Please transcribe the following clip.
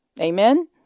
Amen